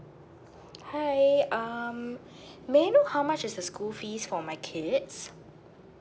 hi um may I know how much is the school fees for my kids